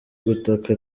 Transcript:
gutaka